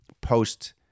post